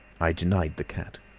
i denied the cat.